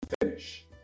finish